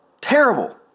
Terrible